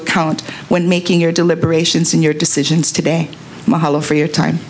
account when making your deliberations in your decisions today mahalo for your time